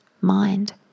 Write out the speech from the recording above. mind